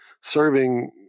serving